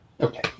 Okay